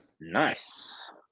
Nice